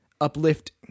uplift